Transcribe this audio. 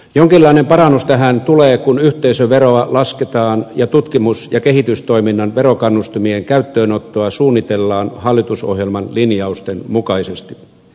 jonkinlainen parannus tähän tulee kun yhteisöveroa lasketaan ja tutkimus ja kehitystoiminnan verokannustimien käyttöönottoa suunnitellaan hallitusohjelman linjausten mukaisesti